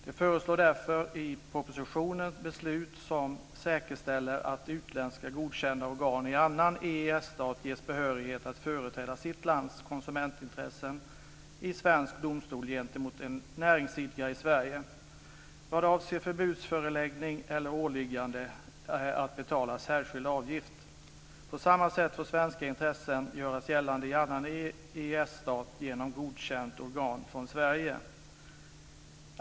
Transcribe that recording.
Det föreslås därför i propositionen ett beslut som säkerställer att utländska organ i annan EES-stat ges behörighet att företräda sitt lands konsumentintressen i svensk domstol gentemot en näringsidkare i Sverige vad avser förbudsföreläggande eller åliggande att betala en särskild avgift. På samma sätt får svenska intressen göras gällande i annan EES-stat genom godkänt organ från Sverige.